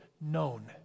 known